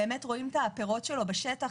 באמת רואים את הפירות שלו בשטח.